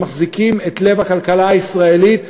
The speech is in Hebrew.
שמחזיקים את לב הכלכלה הישראלית,